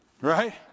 Right